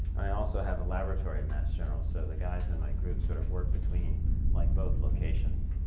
and i also have a laboratory at mass general. so the guys in my group sort of work between like both locations.